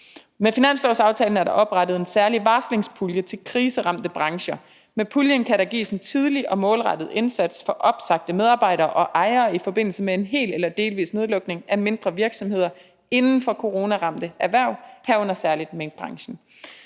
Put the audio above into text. Med finanslovsaftalen er der oprettet en særlig varslingspulje til kriseramte brancher. Med puljen kan der gives en tidlig og målrettet indsats for opsagte medarbejdere og ejere i forbindelse med en hel eller delvis nedlukning af mindre virksomheder inden for coronaramte erhverv, herunder særligt minkbranchen.